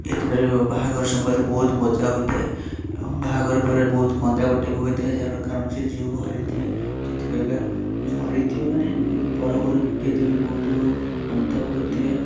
ଏଠାରେ ବାହାଘର ସମୟରେ ବହୁତ ମଜା ହୋଇଥାଏ ବାହାଘର ପରେ ବହୁତ କନ୍ଦାକଟା ବି ହୋଇଥାଏ ଯାହାର କାରଣ ସେ ଝିଅକୁ ହରେଇଥିବେ ସେଥିପାଇଁ କା ହରେଇଥିବେ ମାନେ ପରଘରକୁ ପଠେଇଥିବେ ବୋଲି ବହୁତ ଅନୁତାପ କରୁଥିବେ